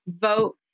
vote